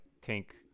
tank